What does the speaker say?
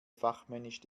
fachmännisch